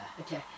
Okay